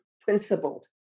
principled